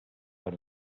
out